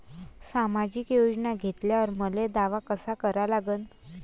सामाजिक योजना घेतल्यावर मले दावा कसा करा लागन?